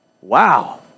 Wow